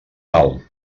tal